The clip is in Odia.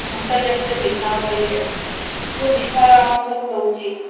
ଆନ୍ତର୍ଜାତିକ ବିବାହ କହିଲେ ଯୋଉ ବିବାହ ଆମର ସବୁ ହେଉଛି